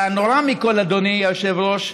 והנורא מכול, אדוני היושב-ראש: